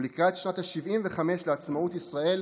ולקראת שנת ה-75 לעצמאות ישראל,